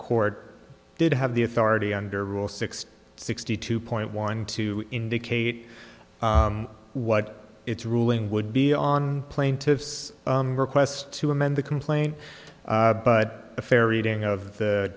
court did have the authority under rule sixty sixty two point one to indicate what its ruling would be on plaintiff's request to amend the complaint but a fair reading of the